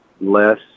less